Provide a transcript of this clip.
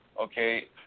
Okay